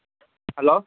hello